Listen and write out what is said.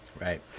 right